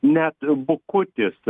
net bukutis